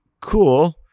cool